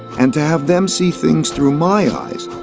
and to have them see things through my eyes,